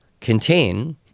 contain